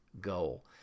goal